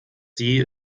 sie